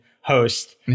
host